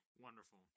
Wonderful